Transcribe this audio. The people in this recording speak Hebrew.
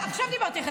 עכשיו דיברתי עליך.